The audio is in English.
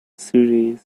series